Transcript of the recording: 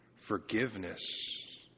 forgiveness